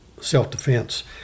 self-defense